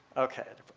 okay.